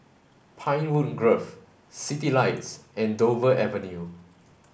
Pinewood Grove Citylights and Dover Avenue